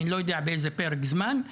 אני לא יודע באיזה פרק זמן,